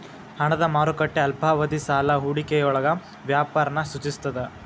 ಹಣದ ಮಾರುಕಟ್ಟೆ ಅಲ್ಪಾವಧಿ ಸಾಲ ಹೂಡಿಕೆಯೊಳಗ ವ್ಯಾಪಾರನ ಸೂಚಿಸ್ತದ